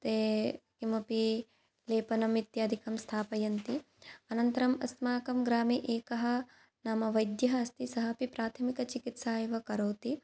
ते किमपि लेपनम् इत्यादिकं स्थापयन्ति अनन्तरम् अस्माकं ग्रामे एकः नाम वैद्यः अस्ति सः अपि प्राथमिकचिकित्सा एव करोति